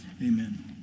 Amen